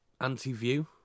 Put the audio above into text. anti-view